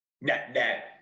net-net